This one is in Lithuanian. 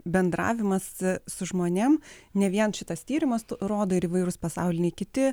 bendravimas su žmonėm ne vien šitas tyrimas rodo ir įvairūs pasauliniai kiti